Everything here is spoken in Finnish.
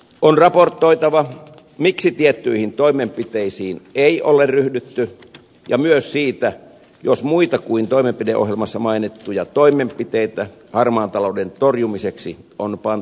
on raportoitava miksi tiettyihin toimenpiteisiin ei ole ryhdytty ja myös siitä jos muita kuin toimenpideohjelmassa mainittuja toimenpiteitä harmaan talouden torjumiseksi on pantu täytäntöön